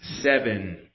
seven